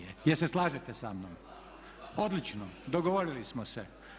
Jel' se slažete sa mnom? … [[Upadica se ne razumije.]] Odlično, dogovorili smo se.